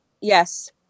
Yes